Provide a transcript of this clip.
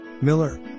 Miller